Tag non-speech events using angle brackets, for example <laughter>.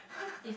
<laughs>